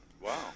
Wow